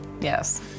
Yes